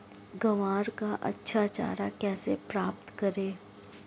ग्वार का अच्छा चारा कैसे प्राप्त करें?